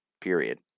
Period